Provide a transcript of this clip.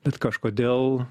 bet kažkodėl